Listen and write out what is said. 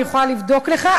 אני יכולה לבדוק לך.